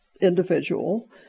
individual